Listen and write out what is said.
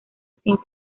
sin